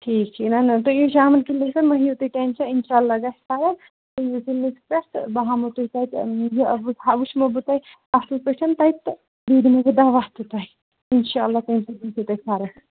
ٹھیٖک ٹھیٖک نہ نہ تُہۍ یِیِو شامَن کِلنکس پٮ۪ٹھ مہ ہیٚیو تُہۍ ٹٮ۪نشَن اِنشاء اللہ گژھِ فرق پٮ۪ٹھ تہٕ بہٕ ہَمو تۄہہِ تَتہِ یہِ وُچھمو بہٕ تۄہہِ اَصٕل پٲٹھۍ تَتہِ تہٕ بیٚیہِ دِمو بہٕ دَوہ تہٕ تۄہہِ اِنشاء اللہ تَمہِ سۭتۍ گٔژھِو تۄہہِ فرق